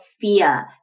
fear